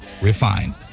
refined